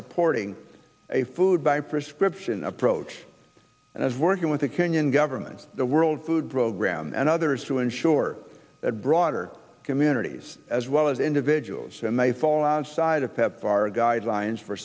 supporting a food buy prescription approach and is working with the kenyan government the world food program and others to ensure that broader communities as well as individuals and they fall outside of pepfar guidelines for